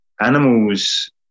animals